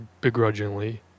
begrudgingly